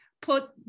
put